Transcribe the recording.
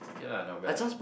okay lah not bad lah